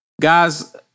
guys